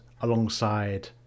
alongside